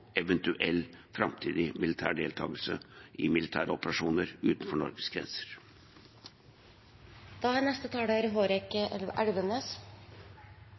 eventuell framtidig militær deltakelse i militære operasjoner utenfor Norges grenser.